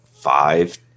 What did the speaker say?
five